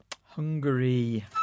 Hungary